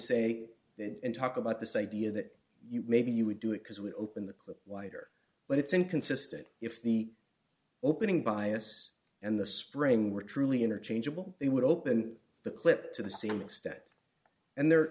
say that and talk about this idea that maybe you would do it because we open the clip wider but it's inconsistent if the opening bias and the spring were truly interchangeable they would open the clip to the same extent and they're